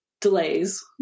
delays